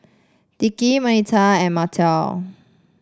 Dickie Bernita and Markell